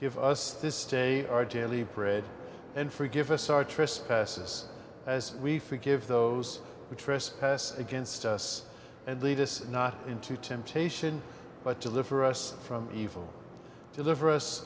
give us this day our daily bread and forgive us our trespasses as we forgive those who trespass against us and lead us not into temptation but deliver us from evil deliver us